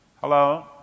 Hello